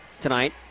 tonight